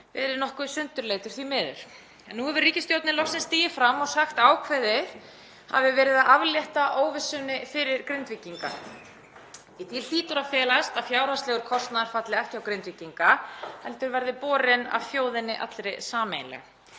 verið nokkuð sundurleitur, því miður. En nú hefur ríkisstjórnin loksins stigið fram og sagt að ákveðið hafi verið að aflétta óvissunni fyrir Grindvíkinga. Í því hlýtur að felast að fjárhagslegur kostnaður falli ekki á Grindvíkinga heldur verði borinn af þjóðinni allri sameiginlega.